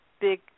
big